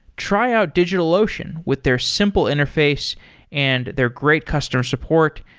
try out digitalocean with their simple interface and their great customer support.